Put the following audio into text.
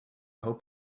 hope